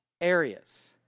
areas